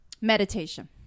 meditation